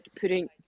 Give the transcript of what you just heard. putting